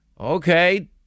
Okay